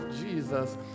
Jesus